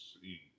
see